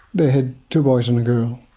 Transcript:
they had two boys and a girl.